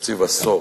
תקציב עשור.